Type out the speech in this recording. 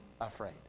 afraid